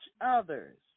others